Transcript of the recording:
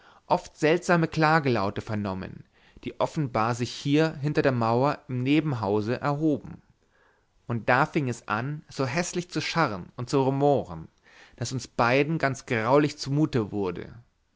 oft seltsame klagelaute vernommen die offenbar sich hier hinter der mauer im nebenhause erhoben und dann fing es an so häßlich zu scharren und zu rumoren daß uns beiden ganz graulich zumute wurde